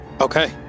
Okay